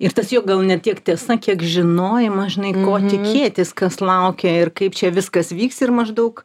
ir tas jog gal ne tiek tiesa kiek žinojimas žinai ko tikėtis kas laukia ir kaip čia viskas vyks ir maždaug